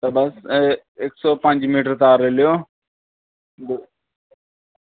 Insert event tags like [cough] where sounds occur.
ते बस अ इक सौ पंज मीटर तार लेई लेओ [unintelligible]